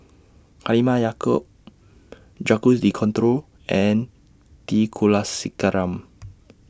Halimah Yacob Jacques De Coutre and T Kulasekaram